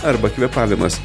arba kvėpavimas